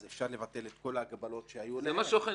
אפשר לבטל את כל ההגבלות שהיו --- זה משהו אחר.